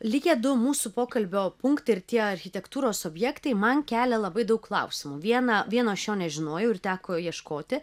likę du mūsų pokalbio punktai ir tie architektūros objektai man kelia labai daug klausimų vieną vieno aš jo nežinojau ir teko ieškoti